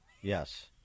Yes